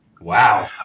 Wow